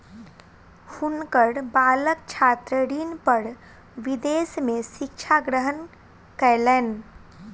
हुनकर बालक छात्र ऋण पर विदेश में शिक्षा ग्रहण कयलैन